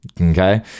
okay